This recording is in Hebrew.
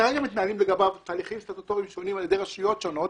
כרגע מתנהלים לגביו תהליכים סטטוטוריים שונים על ידי רשויות שונות